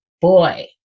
boy